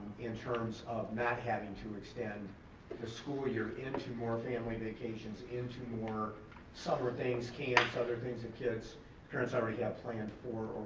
in terms of not having to extend the school year into more family vacations, into more summer things, camps, other things that kids' parents already have planned for